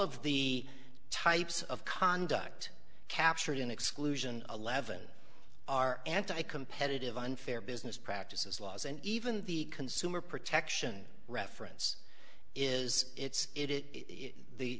of the types of conduct captured in exclusion eleven are anti competitive unfair business practices laws and even the consumer protection reference is it's it